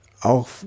auch